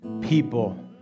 people